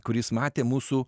kuris matė mūsų